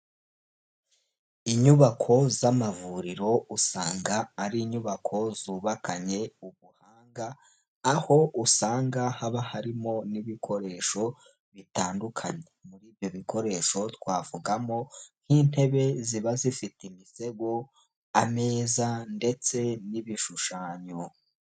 Inyubako z'amavuriro usanga ari inyubako zubakanye ubuhanga, aho usanga haba harimo n'ibikoresho bitandukanye. Muri ibyo bikoresho twavugamo nk'intebe ziba zifite imisego, ameza ndetse n'ibishushanyo.